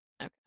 Okay